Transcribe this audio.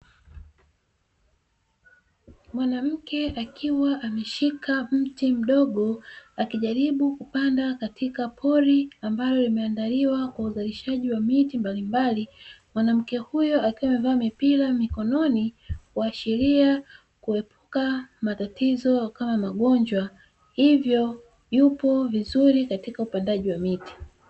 Mwanamke akiwa ameshika mti mdogo akijaribu kupanda katika pori ambayo imeandaliwa kwa uzalishaji wa miti mbalimbali, mwanamke huyo akiwa amevaa mipira mikononi kuashiria kuepuka matatizo kama magonjwa hivyo yupo vizuri katika upandaji wa miti.